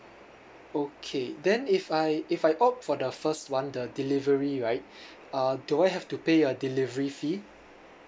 okay then if I if I opt for the first [one] the delivery right uh do I have to pay a delivery fee